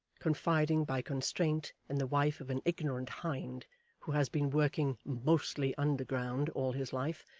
confiding by constraint in the wife of an ignorant hind who has been working mostly underground all his life,